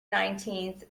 nineteenth